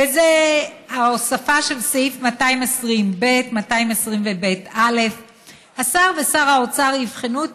וזה ההוספה של סעיף 220ב(א): השר ושר האוצר יבחנו את